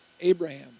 Abraham